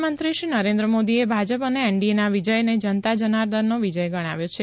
પ્રધાનમંત્રી શ્રી નરેન્દ્ર મોદીએ ભાજપ અને એનડીએના વિજયને જનતા જનાર્દનનો વિજય ગણાવ્યો છે